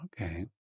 Okay